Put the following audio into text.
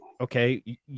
okay